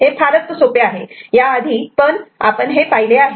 हे फारच सोपे आहे याआधी पण आपण पाहिले आहे